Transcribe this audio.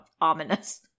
ominous